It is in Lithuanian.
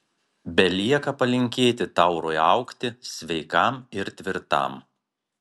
belieka palinkėti taurui augti sveikam ir tvirtam